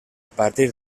partir